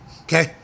okay